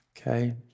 Okay